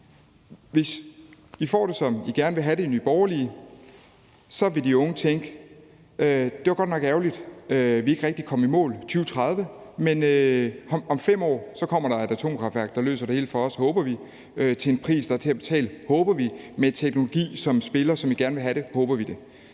Hvis I får det, som I gerne vil have det i Nye Borgerlige, så vil de unge tænke, at det godt nok var ærgerligt, at vi ikke rigtig kom i mål i 2030, men om 5 år kommer der et atomkraftværk, der løser det hele for os, håber vi, til en pris, der er til at betale, håber vi, med teknologi, som spiller, og som vi gerne vil have det, håber vi.